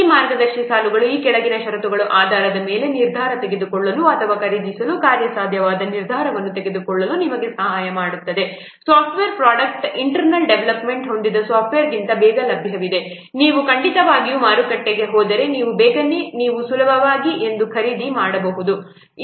ಈ ಮಾರ್ಗದರ್ಶಿ ಸಾಲುಗಳು ಈ ಕೆಳಗಿನ ಷರತ್ತುಗಳ ಆಧಾರದ ಮೇಲೆ ನಿರ್ಧಾರ ತೆಗೆದುಕೊಳ್ಳಲು ಅಥವಾ ಖರೀದಿಸಲು ಕಾರ್ಯಸಾಧ್ಯವಾದ ನಿರ್ಧಾರವನ್ನು ತೆಗೆದುಕೊಳ್ಳಲು ನಿಮಗೆ ಸಹಾಯ ಮಾಡುತ್ತದೆ ಸಾಫ್ಟ್ವೇರ್ ಪ್ರೊಡಕ್ಟ್ ಇಂಟರ್ನಲ್ ಡೇವಲಪ್ ಹೊಂದಿದ ಸಾಫ್ಟ್ವೇರ್ಗಿಂತ ಬೇಗ ಲಭ್ಯವಿದೆ ನೀವು ಖಂಡಿತವಾಗಿಯೂ ಮಾರುಕಟ್ಟೆಗೆ ಹೋದರೆ ನೀವು ಬೇಗನೆ ನೀವು ಸುಲಭವಾಗಿ ಅದನ್ನು ಖರೀದಿ ಮಾಡಬಹುದು